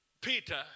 Peter